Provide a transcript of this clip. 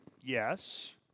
Yes